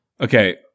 Okay